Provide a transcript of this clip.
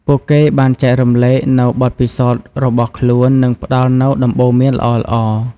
ពួកគេបានចែករំលែកនូវបទពិសោធន៍របស់ខ្លួន និងផ្តល់នូវដំបូន្មានល្អៗ។